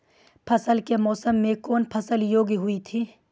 बरसात के मौसम मे कौन फसल योग्य हुई थी?